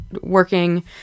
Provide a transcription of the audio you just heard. working